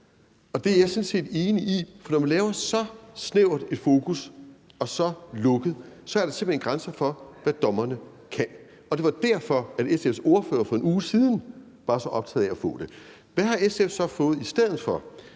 Det er jeg sådan set enig i, for når man laver så snævert et fokus og det er så lukket, er der simpelt hen grænser for, hvad dommerne kan, og det var derfor, at SF's ordfører for en uge siden var så optaget af at få det. Hvad har SF så fået i stedet for?